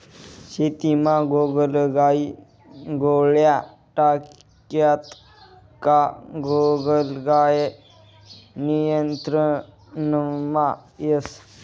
शेतीमा गोगलगाय गोळ्या टाक्यात का गोगलगाय नियंत्रणमा येस